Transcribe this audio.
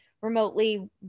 remotely